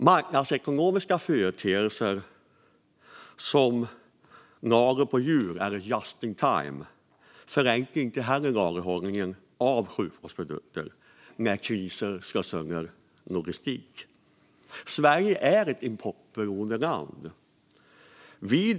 Marknadsekonomiska företeelser som lager på hjul, eller just in time, förenklar inte heller lagerhållningen av sjukvårdsprodukter när kriser slår sönder logistiken. Sverige är ett importberoende land.